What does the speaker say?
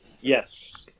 yes